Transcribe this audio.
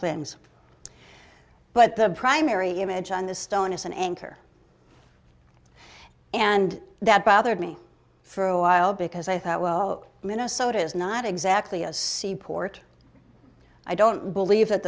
claims but the primary image on the stone is an anchor and that bothered me for a while because i thought well minnesota is not exactly a seaport i don't believe that